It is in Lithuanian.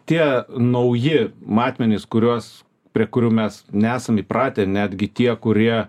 tie nauji matmenys kuriuos prie kurių mes nesam įpratę netgi tie kurie